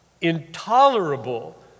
intolerable